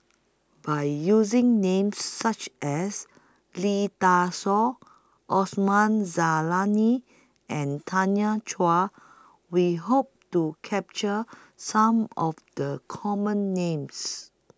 By using Names such as Lee Dai Soh Osman Zailani and Tanya Chua We Hope to capture Some of The Common Names